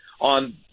on